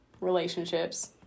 relationships